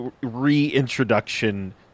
reintroduction